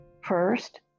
First